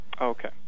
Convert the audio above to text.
Okay